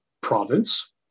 province